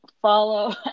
follow